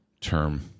term